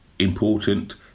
important